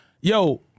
Yo